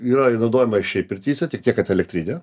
yra ji naudojama ir šiaip pirtyse tik tiek kad elektrinė